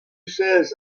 says